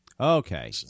Okay